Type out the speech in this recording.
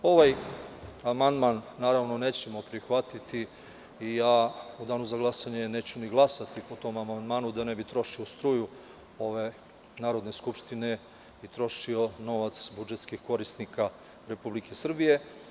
Ovaj amandman naravno nećemo prihvatiti i u danu za glasanje neću ni glasati po tom amandmanu, da ne bi trošio struju ove Narodne skupštine i trošio novac budžetskih korisnika Republike Srbije.